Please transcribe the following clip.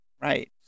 right